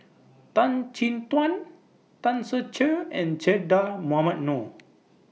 Tan Chin Tuan Tan Ser Cher and Che Dah Mohamed Noor